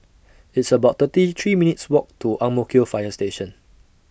It's about thirty three minutes' Walk to Ang Mo Kio Fire Station